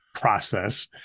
process